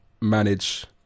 manage